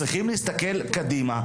צריך להסתכל קדימה,